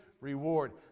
reward